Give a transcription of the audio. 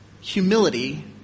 humility